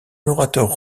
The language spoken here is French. orateur